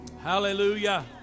Hallelujah